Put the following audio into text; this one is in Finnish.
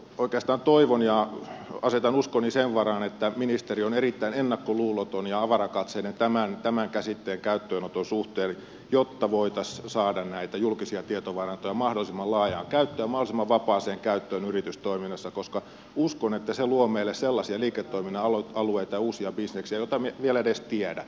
oikeastaan toivon ja asetan uskoni sen varaan että ministeri on erittäin ennakkoluuloton ja avarakatseinen tämän käsitteen käyttöönoton suhteen jotta voitaisiin saada näitä julkisia tietovarantoja mahdollisimman laajaan käyttöön ja mahdollisimman vapaaseen käyttöön yritystoiminnassa koska uskon että se luo meille sellaisia liiketoiminnan alueita ja uusia bisneksiä joita me emme vielä edes tiedä